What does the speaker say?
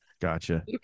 Gotcha